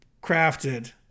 crafted